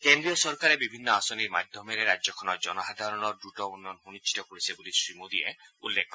কেন্দ্ৰীয় চৰকাৰে বিভিন্ন আঁচনিৰ মাধ্যমেৰে পশ্চিমবংগৰ জনসাধাৰণৰ দ্ৰুত উন্নয়ন সু নিশ্চিত কৰিছে বুলি শ্ৰীমোদীয়ে উল্লেখ কৰে